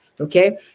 okay